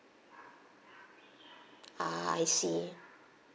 ah I see